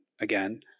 again